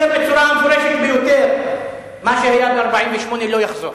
אני אומר בצורה המפורשת ביותר שמה שהיה ב-1948 לא יחזור,